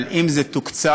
אבל אם זה תוקצב,